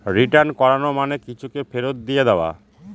return করানো মানে কিছুকে ফেরত দিয়ে দেওয়া